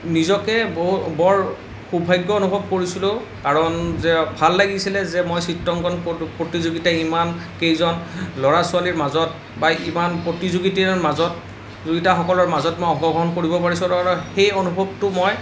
নিজকে বৰ সৌভাগ্য অনুভৱ কৰিছিলোঁ কাৰণ যে ভাল লাগিছিলে যে মই চিত্ৰাঙ্কন প প্ৰতিযোগিতাত ইমান কেইজন ল'ৰা ছোৱালীৰ মাজত বা ইমান প্ৰতিযোগিতাৰ মাজত প্ৰতিযোগিতা সকলৰ মাজত মই অংশগ্ৰহণ কৰিব পাৰিছিলোঁ আৰু সেই অনুভৱতো মই